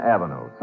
Avenue